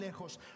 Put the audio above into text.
lejos